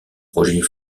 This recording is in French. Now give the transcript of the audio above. projets